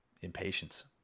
Impatience